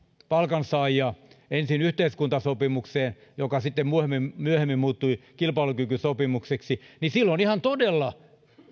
palkansaajia ensin yhteiskuntasopimukseen joka sitten myöhemmin myöhemmin muuttui kilpailukykysopimukseksi silloin ihan todella